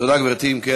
תודה, גברתי.